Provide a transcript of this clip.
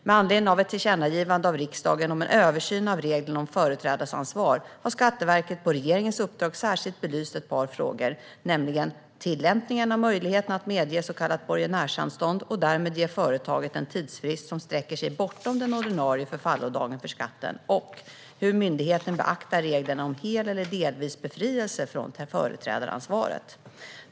Med anledning av ett tillkännagivande av riksdagen om en översyn av reglerna om företrädaransvar har Skatteverket på regeringens uppdrag särskilt belyst ett par frågor, nämligen tillämpningen av möjligheten att medge så kallat borgenärsanstånd och därmed ge företaget en tidsfrist som sträcker sig bortom den ordinarie förfallodagen för skatten samt hur myndigheten beaktar reglerna om hel eller delvis befrielse från företrädaransvaret.